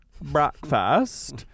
breakfast